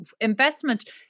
investment